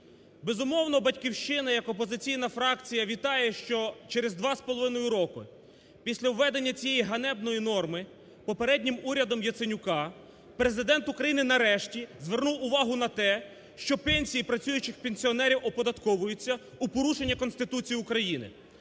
Безумовно, "Батьківщина" як опозиційна фракція вітає, що через 2,5 роки після введення цієї ганебної норми попереднім урядом Яценюка Президент України нарешті звернув увагу на те, що пенсії працюючих пенсіонерів оподатковуються у порушення Конституції України.